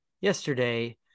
Yesterday